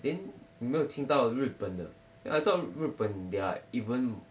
then 你没有听到日本的 I thought 日本 they are even